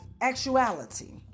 actuality